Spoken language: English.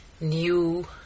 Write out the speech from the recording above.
new